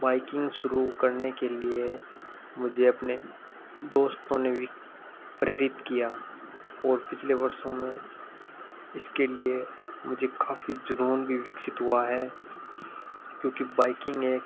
biking शुरू करने के लिए मुझे अपने दोस्तों ने भी प्रेरित किया और पिछले वर्षों में इसके लिए मुझे काफ़ी जुनून भी विकसित हुआ है क्योंकि बाइकिंग एक